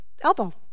elbow